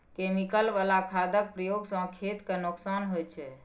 chemical बला खादक प्रयोग सँ खेत केँ नोकसान होइ छै